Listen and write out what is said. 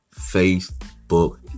Facebook